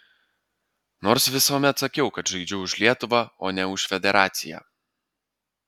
nors visuomet sakiau kad žaidžiu už lietuvą o ne už federaciją